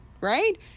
right